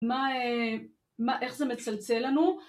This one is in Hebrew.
איך זה מצלצל לנו.